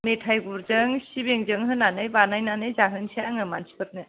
मेथाय गुरजों सिबिंजों होनानै बानायनानै जाहोनोसै आं मानसिफोरनो